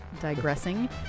digressing